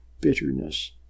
bitterness